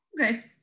okay